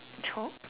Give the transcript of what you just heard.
chope